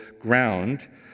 ground